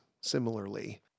similarly